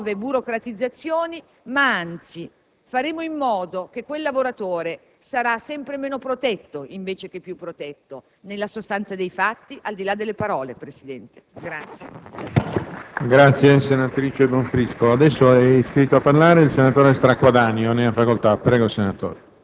solo formale e ideologico, attraverso balzi, balzelli e nuove burocratizzazioni, ma - anzi - faremo sì che quel lavoratore sarà sempre meno protetto, invece che più protetto, nella sostanza dei fatti, al di là delle parole, signor